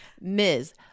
Ms